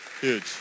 huge